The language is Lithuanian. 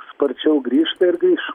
sparčiau grįžta ir grįš